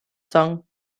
song